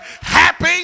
happy